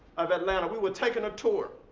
of atlanta we were taking a tour.